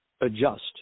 adjust